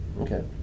Okay